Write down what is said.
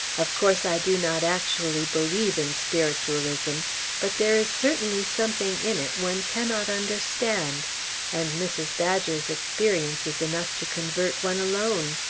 of course, i do not actually believe in spiritualism but there is certainly something in it one cannot understand and mrs. badger's experience is enough to convert one, alone.